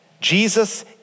Jesus